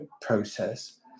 process